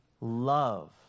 Love